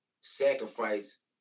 sacrifice